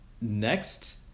Next